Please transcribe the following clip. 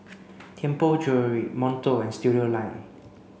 Tianpo Jewellery Monto and Studioline